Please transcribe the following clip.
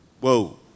Whoa